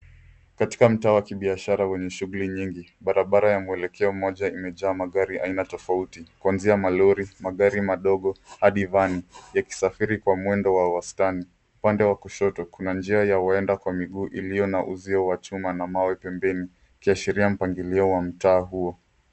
Katika mtaa wa kibiashara wenye shughuli nyingi barabara ya mwelekeo mmoja imejaa magari aina tofauti kuanzia malori, magari madogo hadi vani yakisafiri kwa mwendo wa wastani. Upande wa kushoto kuna njia ya waenda kwa miguu iliyo na uzio wa chuma na mawe pembeni ikiashiria mpangilio wa mtaa huo.